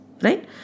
right